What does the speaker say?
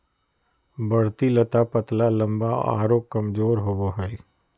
बढ़ती लता पतला लम्बा आरो कमजोर होबो हइ